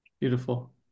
Beautiful